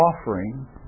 offering